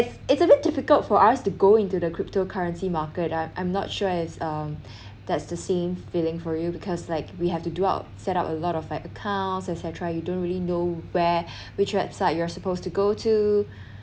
it's a bit difficult for us to go into the cryptocurrency market I'm I'm not sure as um that's the same feeling for you because like we have to do our set up a lot of like accounts etcetera you don't really know where which website you're supposed to go to